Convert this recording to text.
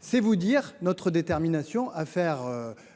C'est vous dire notre détermination à faire.